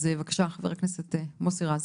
בבקשה, חבר הכנסת מוסי רז.